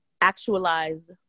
actualize